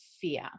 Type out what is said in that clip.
fear